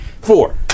Four